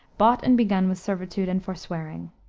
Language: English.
bought and begun with servitude and forswearing.